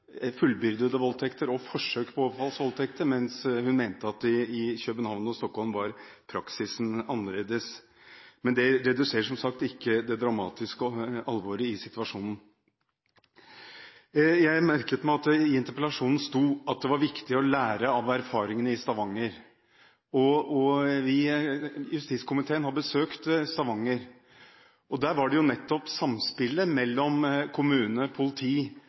fullbyrdede voldtekter og forsøk på overfallsvoldtekter, mens hun mente at praksisen var annerledes i København og Stockholm. Men det reduserer som sagt ikke det dramatiske alvoret i situasjonen. Jeg merket meg at det i interpellasjonen sto at det var viktig å lære av erfaringene i Stavanger. Vi i justiskomiteen har besøkt Stavanger, og der var det nettopp samspillet mellom kommune, politi